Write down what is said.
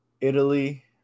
Italy